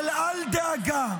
אבל אל דאגה,